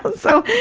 so,